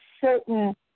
certain